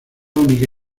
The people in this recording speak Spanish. única